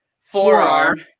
forearm